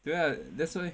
对 ah that's why